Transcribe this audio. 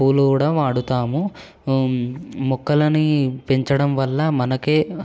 పూలు కూడా వాడుతాము మొక్కలని పెంచడం వల్ల మనకే